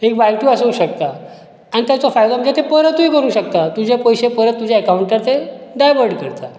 एक वायटूय आसूंक शकता आनी ताचो फायदो म्हणजे ती परतूय करूंक शकता तुजे पयशें परत ते तुजो अकांवटार डायवर्ट करता कारण